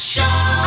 Show